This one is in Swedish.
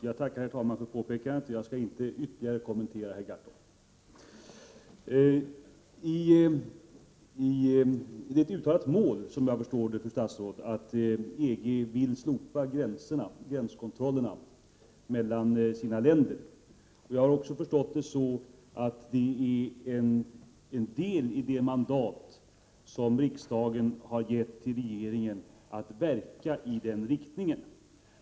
Herr talman! Jag tackar för påpekandet, och jag skall inte ytterligare kommentera vad Per Gahrton sade. Det är ett uttalat mål, som jag förstår det, fru statsråd, för EG att slopa gränskontrollerna mellan sina länder. Jag har också förstått det så, att en del i det mandat som riksdagen har gett regeringen är att man skall verka i den riktningen.